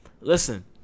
listen